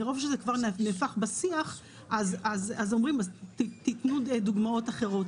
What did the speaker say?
מרוב שזה כבר נהפך בשיח אז אומרים לתת דוגמאות אחרות,